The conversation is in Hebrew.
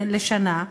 לשנה,